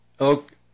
Okay